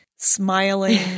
smiling